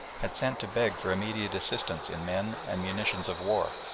had sent to beg for immediate assistance in men and munitions of war.